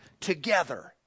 together